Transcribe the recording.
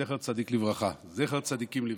זכר צדיקים לברכה.